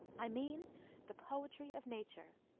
i mean the poetry of nature,